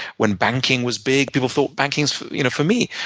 when banking was big, people thought, banking's you know for me.